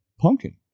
Pumpkin